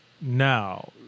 now